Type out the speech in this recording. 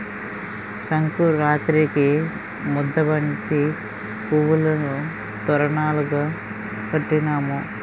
సంకురాతిరికి ముద్దబంతి పువ్వులును తోరణాలును కట్టినాం